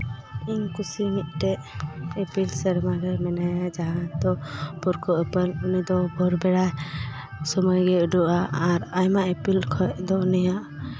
ᱤᱧ ᱠᱩᱥᱤ ᱢᱤᱫᱴᱮᱡ ᱤᱯᱤᱞ ᱥᱮᱨᱢᱟ ᱨᱮ ᱢᱮᱱᱟᱭᱟ ᱡᱟᱦᱟᱸᱭ ᱫᱚ ᱵᱷᱩᱨᱠᱟᱹ ᱤᱯᱤᱞ ᱩᱱᱤ ᱫᱚ ᱵᱷᱳᱨ ᱵᱮᱲᱟ ᱥᱚᱢᱚᱭ ᱜᱮ ᱩᱰᱩᱠᱚᱜᱼᱟ ᱟᱨ ᱟᱭᱢᱟ ᱤᱯᱤᱞ ᱠᱷᱚᱡ ᱫᱚ ᱩᱱᱤᱭᱟᱜ